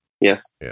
Yes